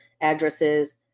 addresses